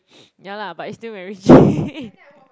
ya lah but it's still MacRitchie